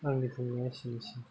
आंनि बुंनाया एसेनोसै